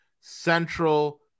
central